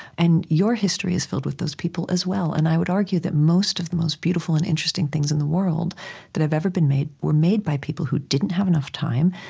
and your history is filled with those people, as well. and i would argue that most of the most beautiful and interesting things in the world that have ever been made were made by people who didn't have enough time,